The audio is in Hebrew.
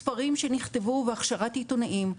ספרים שנכתבו והכשרת עיתונאים.